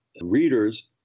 readers